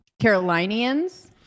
Carolinians